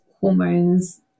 hormones